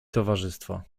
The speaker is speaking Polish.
towarzystwo